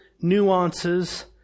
nuances